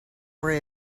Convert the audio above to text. worry